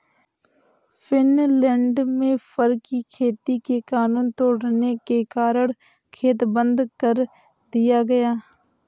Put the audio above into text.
Finland में fur की खेती के कानून तोड़ने के कारण खेत बंद कर दिया गया